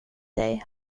dig